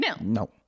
No